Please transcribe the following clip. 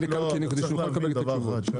שנוכל לקבל את התשובות.